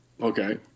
Okay